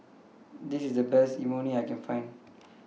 This IS The Best Imoni I Can Find